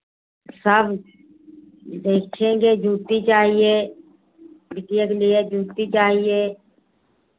सब देखेंगे जूती चाहिए बिटिया के लिए जूती चाहिए